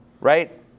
right